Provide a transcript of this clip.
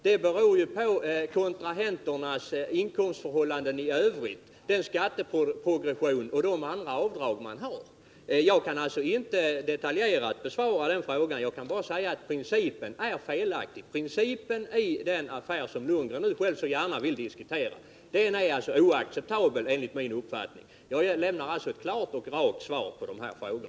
Det beror ju på kontrahenternas inkomstförhållanden i övrigt, på den skatteprogression och de övriga avdrag som man har. Jag kan alltså inte i detalj besvara den frågan, utan jag kan bara säga att principen är felaktig. De skattemässiga konsekvenserna när det gäller den affär som Bo Lundgren själv så gärna vill diskutera är enligt min mening oacceptabla. Jag har alltså lämnat klara och raka svar på dessa frågor.